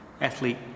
athlete